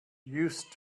used